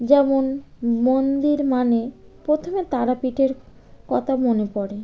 যেমন মন্দির মানে প্রথমে তারাপীঠের কতা মনে পড়ে